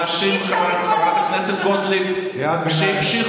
מה לעשות שהוא גנב את אמון הבוחרים שלו?